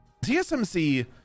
TSMC